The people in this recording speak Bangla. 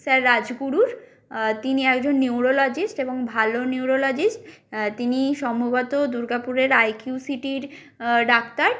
স্যার রাজগুরু তিনি একজন নিউরোলজিস্ট এবং ভালো নিউরোলজিস্ট তিনি সম্ভবত দুর্গাপুরের আইকিউ সিটির ডাক্তার